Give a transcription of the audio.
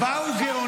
זה לא חוק